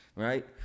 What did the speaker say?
right